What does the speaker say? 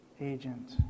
agent